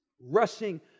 rushing